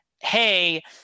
hey